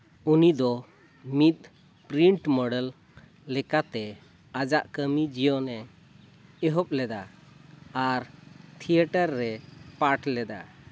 ᱩᱱᱤ ᱫᱚ ᱢᱤᱫ ᱯᱨᱤᱱᱴ ᱢᱳᱰᱮᱞ ᱞᱮᱠᱟᱛᱮ ᱟᱡᱟᱜ ᱠᱟᱹᱢᱤ ᱡᱤᱭᱚᱢᱮ ᱮᱦᱚᱵ ᱞᱮᱫᱟ ᱟᱨ ᱛᱷᱤᱭᱮᱴᱟᱨ ᱨᱮ ᱯᱟᱴ ᱞᱮᱫᱟ